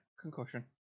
concussion